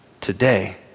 today